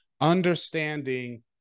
understanding